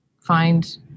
find